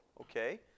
okay